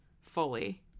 fully